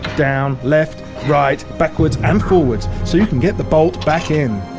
down, left, right, backwards and forwards so you can get the bolt back in.